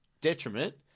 detriment